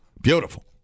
Beautiful